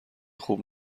خوب